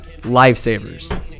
lifesavers